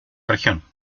región